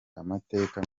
amateka